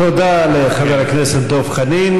תודה לחבר הכנסת דב חנין.